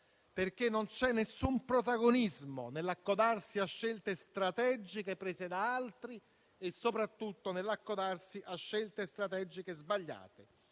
parole. Non c'è alcun protagonismo nell'accodarsi a scelte strategiche prese da altri e soprattutto nell'accodarsi a scelte strategiche sbagliate.